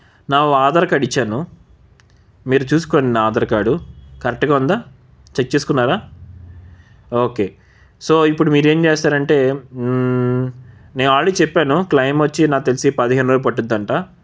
now Aadhaar card ఇచ్చాను మీరు చూసుకోండి నా ఆధార్ కార్డు కరెక్ట్గా ఉందా చెక్ చేసుకున్నారా ఓకే సో ఇప్పుడు మీరేం చేస్తారంటే నేను ఆల్రడీ చెప్పాను క్లయిమ్ వచ్చి నాకు తెలిసి పదిహేను రోజులు పట్టుదంట